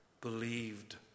believed